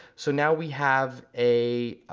so now we have a,